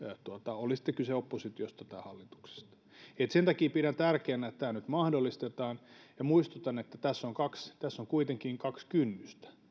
oli sitten kyse oppositiosta tai hallituksesta sen takia pidän tärkeänä että tämä nyt mahdollistetaan ja muistutan että tässä on kuitenkin kaksi kynnystä